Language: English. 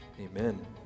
Amen